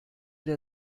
der